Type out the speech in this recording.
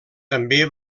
també